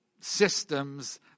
systems